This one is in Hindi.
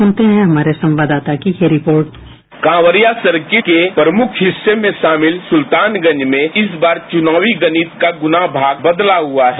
सुनते हैं हमारे संवाददाता की ये report sound bite Kanwariya circuit के प्रमुख हिस्से में शामिल सुल्तानगंज में इस बार चुनावी गणित का गुणा भाग बदला हुआ है